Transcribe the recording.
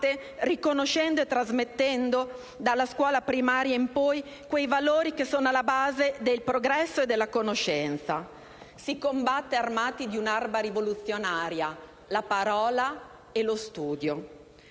riconoscendo e trasmettendo dalla scuola primaria in poi quei valori che sono alla base del progresso e della conoscenza. Si combatte armati di armi rivoluzionarie; la parola e lo studio,